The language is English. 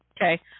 okay